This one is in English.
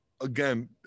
again